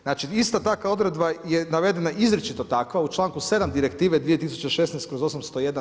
Znači ista takva odredba je navedena izričito takva, u članku 7. Direktiva 2016/